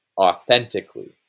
authentically